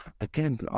again